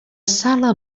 sala